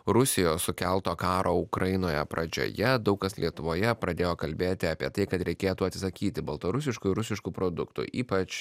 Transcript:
rusijos sukelto karo ukrainoje pradžioje daug kas lietuvoje pradėjo kalbėti apie tai kad reikėtų atsisakyti baltarusiškų ir rusiškų produktų ypač